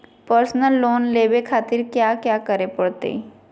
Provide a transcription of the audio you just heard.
Personal loan लेवे खातिर कया क्या करे पड़तइ?